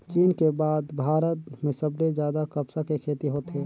चीन के बाद भारत में सबले जादा कपसा के खेती होथे